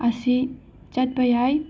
ꯑꯁꯤ ꯆꯠꯄ ꯌꯥꯏ